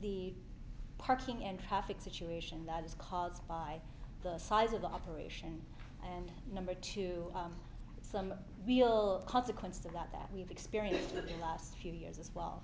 the parking and traffic situation that is caused by the size of the operation and number two some real consequence of that that we have experience with the last few years as well